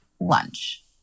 lunch